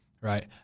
right